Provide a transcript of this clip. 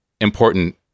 important